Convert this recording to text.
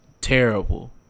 terrible